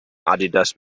adidas